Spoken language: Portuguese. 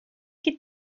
que